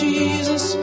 Jesus